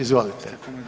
Izvolite.